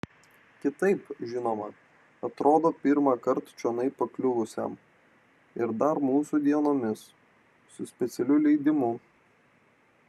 kitaip žinoma atrodo pirmąkart čionai pakliuvusiam ir dar mūsų dienomis su specialiu leidimu